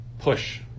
push